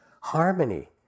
harmony